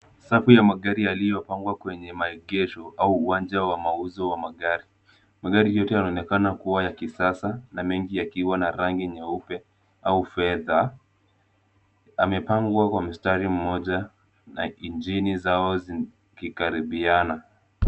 Safu ya magari yaliyopangwa kwenye maegesho au uwanja wa mauzo wa magari. Magari yote yanaonekana kuwa ya kisasa na mengi yakiwa na rangi nyeupe au fedha. Yamepangwa kwa mstari mmoja na injini zao zikikaribiana.